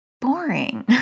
boring